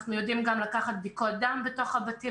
אנחנו יודעים גם לקחת בדיקות דם בתוך הבתים.